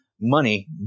money